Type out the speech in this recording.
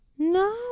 No